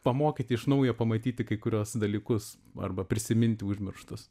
pamokyti iš naujo pamatyti kai kuriuos dalykus arba prisiminti užmirštus